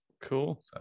cool